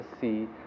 see